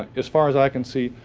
as far as i can see,